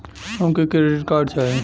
हमके credit card चाही